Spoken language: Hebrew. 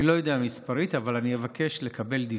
אני לא יודע מספרית, אבל אני אבקש לקבל דיווח.